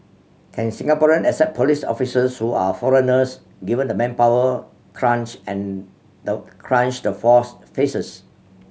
can Singaporean accept police officers who are foreigners given the manpower crunch and the crunch the force faces